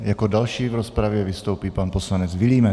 Jako další v rozpravě vystoupí pan poslanec Vilímec.